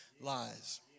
lies